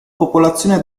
popolazione